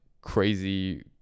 crazy